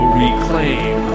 reclaim